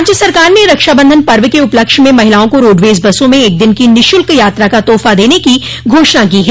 राज्य सरकार ने रक्षाबंधन पर्व के उपलक्ष्य में महिलाओं को रोडवेज बसों में एक दिन की निःशुल्क यात्रा का तोहफा देने की घोषणा की है